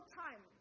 time